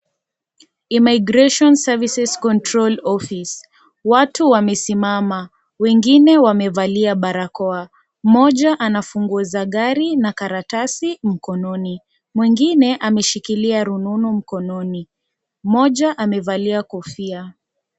Immigration services control office watu wamesimama wengine wamevalia barakoa mmoja ana funguo za gari na karatasi mkononi mwingine ameshikilia rununu mkononi mmoja amevalia kofia.